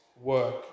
work